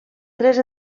tres